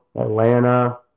Atlanta